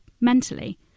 mentally